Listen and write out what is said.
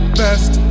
best